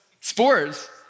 Spores